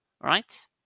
right